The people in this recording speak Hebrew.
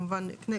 גם